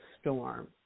storm